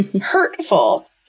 hurtful